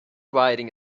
riding